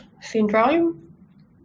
syndrome